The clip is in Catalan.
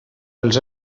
els